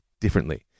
differently